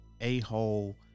a-hole